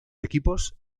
equipos